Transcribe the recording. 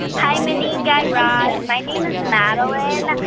hi, mindy and guy raz. my name is madeline.